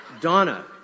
Donna